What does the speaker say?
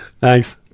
thanks